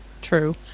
true